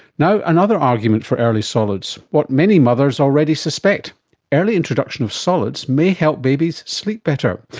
now another argument for early solids, what many mothers already suspect early introduction of solids may help babies sleep better.